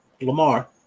Lamar